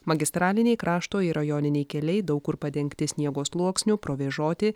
magistraliniai krašto ir rajoniniai keliai daug kur padengti sniego sluoksniu provėžoti